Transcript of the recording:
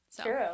true